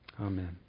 Amen